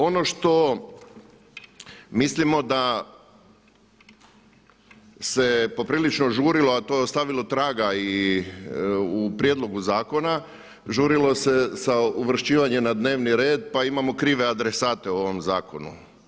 Ono što mislimo da se poprilično žurilo, a to je ostavilo traga i u prijedlogu zakona, žurilo se sa uvršćivanjem na dnevni red pa imamo krive adresate u ovom zakonu.